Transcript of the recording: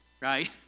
right